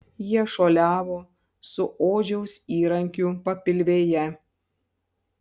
jie šuoliavo su odžiaus įrankiu papilvėje